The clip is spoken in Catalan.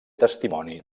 testimoni